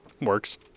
Works